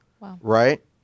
Right